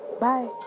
Bye